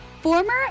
Former